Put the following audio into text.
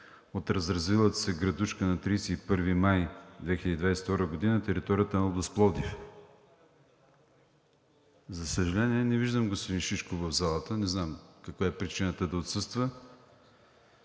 от разразилата се градушка на 31 май 2022 г. на територията на област Пловдив. За съжаление, не виждам господин Шишков в залата. Не знам каква е причината да отсъства.